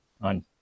on